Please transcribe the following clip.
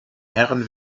herren